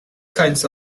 kinds